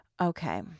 Okay